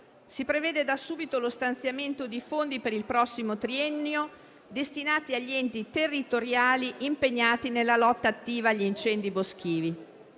prevede da subito lo stanziamento di fondi per il prossimo triennio, destinati agli enti territoriali impegnati nella lotta attiva agli incendi boschivi.